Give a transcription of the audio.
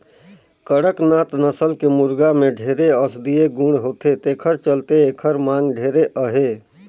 कड़कनाथ नसल के मुरगा में ढेरे औसधीय गुन होथे तेखर चलते एखर मांग ढेरे अहे